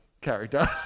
character